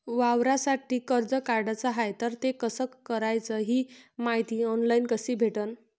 वावरासाठी कर्ज काढाचं हाय तर ते कस कराच ही मायती ऑनलाईन कसी भेटन?